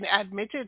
admitted